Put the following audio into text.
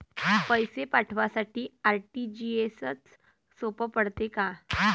पैसे पाठवासाठी आर.टी.जी.एसचं सोप पडते का?